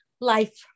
life